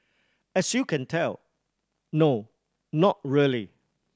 as you can tell no not really